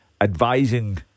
advising